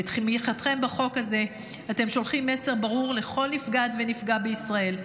בתמיכתכם בחוק הזה אתם שולחים מסר ברור לכל נפגעת ונפגע בישראל: